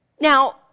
Now